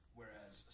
whereas